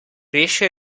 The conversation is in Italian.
riesce